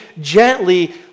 gently